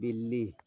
बिल्ली